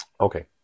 Okay